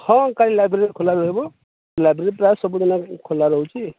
ହଁ କାଇଁ ଲେବ୍ରେରୀ ଖୋଲା ରହିବ ଲାଇବ୍ରେରୀ ପ୍ରାୟ ସବୁଦିନ ଖୋଲା ରହୁଛି